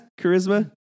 charisma